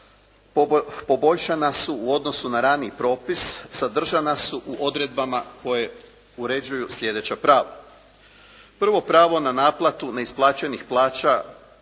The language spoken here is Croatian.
poboljšana su u odnosu na raniji propis sadržana su u odredbama koje uređuju sljedeća prava. Prvo pravo na naplatu neisplaćenih plaća